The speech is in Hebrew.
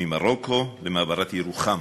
ממרוקו למעברת ירוחם,